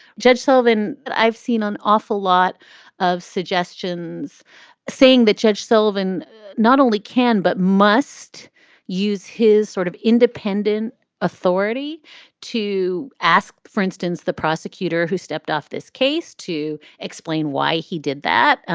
judge sullivan, i've seen an awful lot of suggestions saying that judge sullivan not only can but must use his sort of independent authority to ask, for instance, the prosecutor who stepped off this case to explain why he did that.